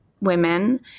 women